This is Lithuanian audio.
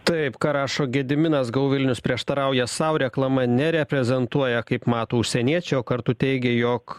taip ką rašo gediminas go vilnius prieštarauja sau reklama nereprezentuoja kaip mato užsieniečiai o kartu teigia jog